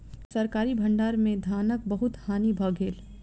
सरकारी भण्डार में धानक बहुत हानि भ गेल